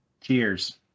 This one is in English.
cheers